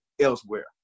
elsewhere